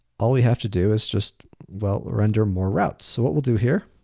all we have to do is just, well, render more routes. so, what we'll do here